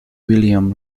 william